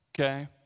okay